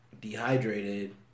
Dehydrated